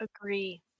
Agree